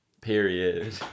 Period